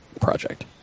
project